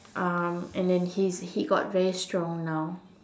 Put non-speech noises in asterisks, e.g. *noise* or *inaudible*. um and then he's he *breath* got very strong now